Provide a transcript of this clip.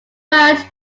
but